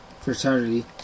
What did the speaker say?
fraternity